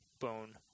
bone